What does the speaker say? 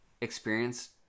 experienced